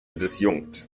disjunkt